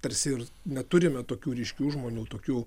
tarsi ir neturime tokių ryškių žmonių tokių